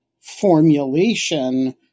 formulation